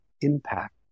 impact